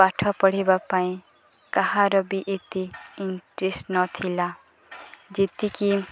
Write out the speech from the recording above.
ପାଠ ପଢ଼ିବା ପାଇଁ କାହାର ବି ଏତେ ଇଣ୍ଟରେେଷ୍ଟ ନଥିଲା ଯେତିକି